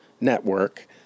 network